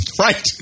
Right